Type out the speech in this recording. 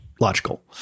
logical